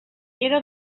era